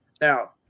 Now